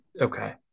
Okay